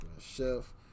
Chef